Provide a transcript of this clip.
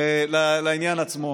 לעניין עצמו,